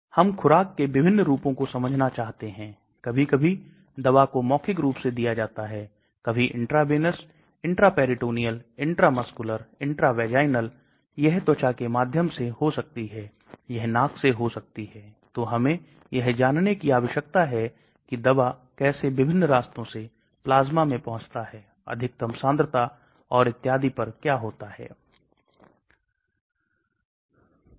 इसलिए हमारे पास मुख्य रूप से निष्क्रिय प्रसार हो रहा है फिर विशिष्ट वाहक हो सकते हैं जो आपके कंपाउंड को एकत्रित कर सकते हैं और इसे पार ले जा सकते हैं और यहां पर endocytosis जैसा कुछ है यह प्रक्रिया है यह भोजन या दवा या किसी भी कंपाउंड को निगलने जैसा है इसको endocytosis कहते हैं